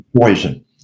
poison